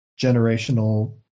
generational